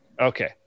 Okay